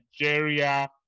Nigeria